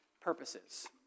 purposes